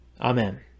Amen